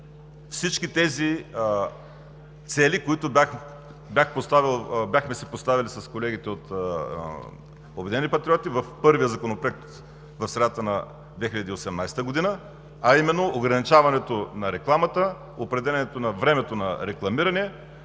всички тези цели, които си бяхме поставили с колегите от „Обединени патриоти“ в първия законопроект в средата на 2018 г., а именно: ограничаването на рекламата, определянето на времето на рекламиране,